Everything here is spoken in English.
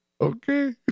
Okay